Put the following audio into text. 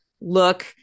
look